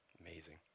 amazing